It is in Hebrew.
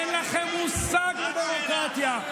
אין לכם מושג בדמוקרטיה.